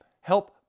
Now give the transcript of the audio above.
help